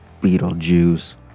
Beetlejuice